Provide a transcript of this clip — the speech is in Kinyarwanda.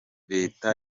leta